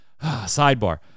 sidebar